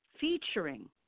featuring